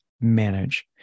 manage